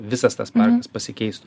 visas tas parkas pasikeistų